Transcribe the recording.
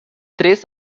três